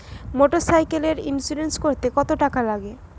মোটরসাইকেলের ইন্সুরেন্স করতে কত টাকা লাগে?